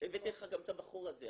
הבאתי לך גם את הבחור הזה.